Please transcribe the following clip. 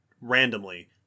randomly